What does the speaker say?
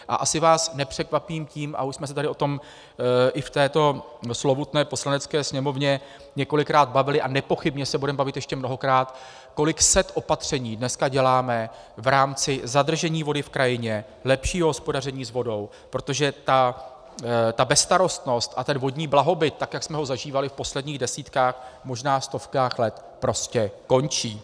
A asi vás nepřekvapím tím, a už jsme se tady o tom i v této slovutné Poslanecké sněmovně několikrát bavili a nepochybně se budeme bavit ještě mnohokrát, kolik set opatření dneska děláme v rámci zadržení vody v krajině, lepšího hospodaření s vodou, protože ta bezstarostnost a ten vodní blahobyt, tak jak jsme ho zažívali v posledních desítkách, možná stovkách let, prostě končí.